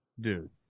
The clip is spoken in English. dude